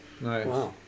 Nice